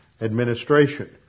administration